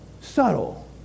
subtle